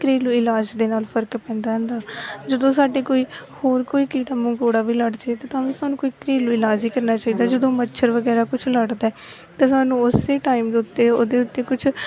ਘਰੇਲੂ ਇਲਾਜ ਦੇ ਨਾਲ ਫਰਕ ਪੈਂਦਾ ਹੁੰਦਾ ਜਦੋਂ ਸਾਡੇ ਕੋਈ ਹੋਰ ਕੋਈ ਕੀੜਾ ਮਕੌੜਾ ਵੀ ਲੜ ਜੇ ਅਤੇ ਤਾਂ ਵੀ ਸਾਨੂੰ ਕੋਈ ਘਰੇਲੂ ਇਲਾਜ ਹੀ ਕਰਨਾ ਚਾਹੀਦਾ ਜਦੋਂ ਮੱਛਰ ਵਗੈਰਾ ਕੁਝ ਲੜਦਾ ਅਤੇ ਸਾਨੂੰ ਉਸੇ ਟਾਈਮ ਦੇ ਉੱਤੇ ਉਹਦੇ ਉੱਤੇ ਕੁਛ